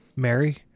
Mary